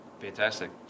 fantastic